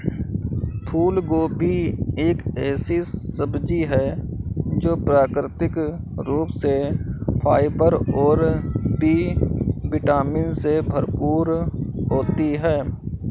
फूलगोभी एक ऐसी सब्जी है जो प्राकृतिक रूप से फाइबर और बी विटामिन से भरपूर होती है